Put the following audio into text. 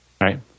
right